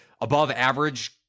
above-average